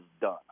done